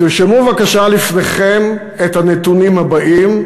תרשמו בבקשה לפניכם את הנתונים הבאים,